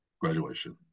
graduation